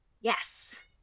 Yes